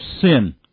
sin